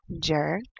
jerk